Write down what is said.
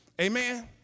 Amen